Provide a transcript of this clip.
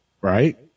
Right